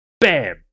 bam